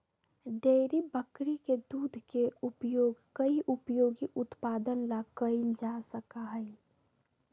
dairy बकरी के दूध के उपयोग कई उपयोगी उत्पादन ला कइल जा सका हई